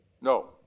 No